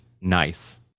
nice